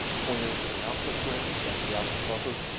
pointer as an output param. that's the output buffer.